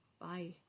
bye